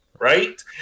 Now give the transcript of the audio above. right